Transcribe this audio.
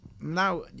Now